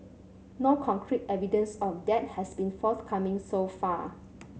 no concrete evidence of that has been forthcoming so far